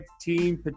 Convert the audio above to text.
team